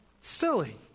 silly